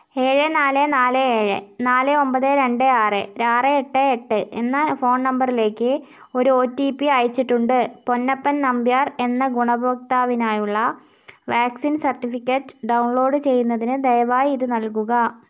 ഏഴ് നാല് നാല് ഏഴ് നാല് ഒൻപത് രണ്ട് ആറ് ആറ് എട്ട് എട്ട് എന്ന ഫോൺ നമ്പറിലേക്ക് ഒരു ഒ ടി പി അയച്ചിട്ടുണ്ട് പൊന്നപ്പൻ നമ്പ്യാർ എന്ന ഗുണഭോക്താവിനായുള്ള വാക്സിൻ സർട്ടിഫിക്കറ്റ് ഡൗൺലോഡ് ചെയ്യുന്നതിന് ദയവായി ഇത് നൽകുക